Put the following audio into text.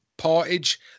portage